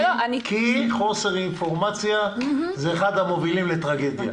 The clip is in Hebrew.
כי חוסר אינפורמציה זה אחד המובילים לטרגדיה.